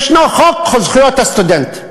יש חוק זכויות הסטודנט,